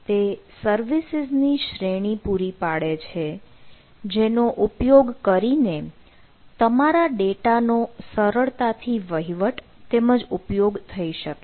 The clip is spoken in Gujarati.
તે સર્વિસીસ ની શ્રેણી પૂરી પાડે છે જેનો ઉપયોગ કરીને તમારા ડેટા નો સરળતાથી વહીવટ તેમજ ઉપયોગ થઈ શકે છે